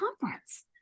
conference